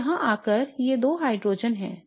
अब यहाँ आकर ये 2 हाइड्रोजेन हैं